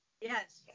Yes